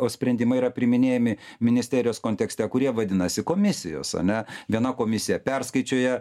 o sprendimai yra priiminėjami ministerijos kontekste kurie vadinasi komisijos ane viena komisija perskaičiuoja